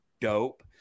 dope